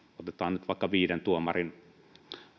otetaan nyt vaikka viiden tuomarin